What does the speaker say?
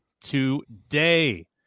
today